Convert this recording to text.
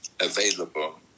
available